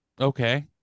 Okay